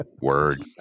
Word